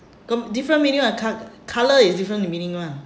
got different meaning [one] co~ colour is different meaning [one]